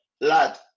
lad